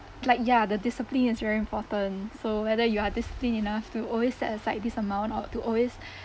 like ya the discipline is very important so whether you are disciplined enough to always set aside this amount or to always